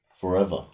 forever